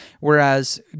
whereas